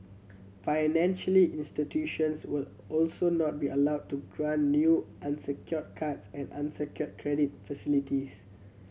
financially institutions will also not be allowed to grant new unsecured cards and unsecured credit facilities